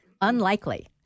unlikely